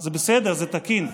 זה בסדר, זה תקין.